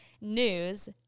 news